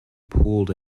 pulled